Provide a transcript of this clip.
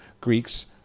Greeks